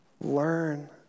Learn